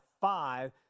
five